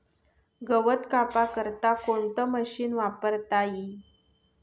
गवत कापा करता कोणतं मशीन वापरता ई?